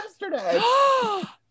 yesterday